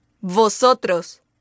Vosotros